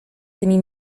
tymi